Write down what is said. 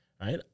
right